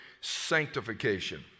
sanctification